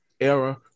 era